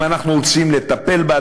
אם אנחנו רוצים לטפל בה,